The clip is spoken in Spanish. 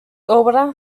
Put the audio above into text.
obra